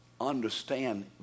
understand